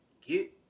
get